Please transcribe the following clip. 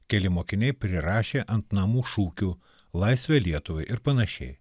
keli mokiniai prirašė ant namų šūkių laisvę lietuvai ir panašiai